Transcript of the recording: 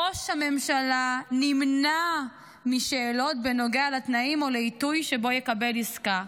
ראש הממשלה נמנע משאלות בנוגע לתנאים או לעיתוי שבו הוא יקבל עסקה.